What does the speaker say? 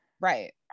Right